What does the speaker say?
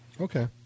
Okay